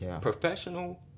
professional